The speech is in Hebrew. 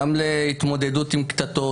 גם להתמודדות עם קטטות,